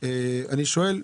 אני שואל,